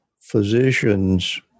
physicians